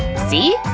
see?